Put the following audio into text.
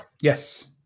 Yes